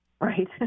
Right